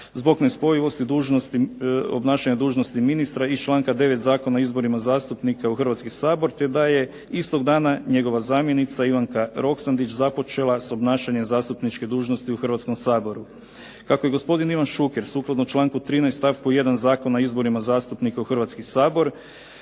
zbog nespojivosti dužnosti, obnašanja dužnosti ministra iz članka 9. Zakona o izborima zastupnika u Hrvatski sabor, te da je istog dana njegova zamjenica Ivanka Roksandić započela s obnašanjem zastupničke dužnosti u Hrvatskom saboru. Kako je gospodin Ivan Šuker sukladno članku 13. stavku 1. Zakona o izborima zastupnika u Hrvatski sabor